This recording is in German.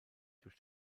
durch